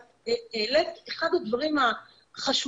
את העלית את אחד הדברים החשובים,